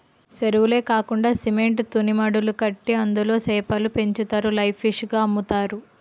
సెరువులే కాకండా సిమెంట్ తూనీమడులు కట్టి అందులో సేపలు పెంచుతారు లైవ్ ఫిష్ గ అమ్ముతారు